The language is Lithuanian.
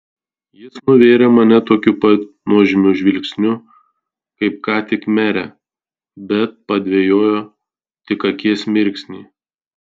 jis nuvėrė mane tokiu pat nuožmiu žvilgsniu kaip ką tik merę bet padvejojo tik akies mirksnį